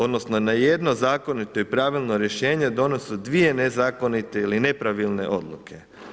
Odnosno, na jedno zakonito i pravilno rješenje, donose se dvije nezakonite ili nepravilne odluke.